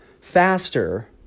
faster